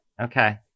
Okay